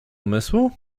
umysłu